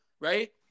right